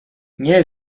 nie